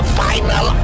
final